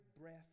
breath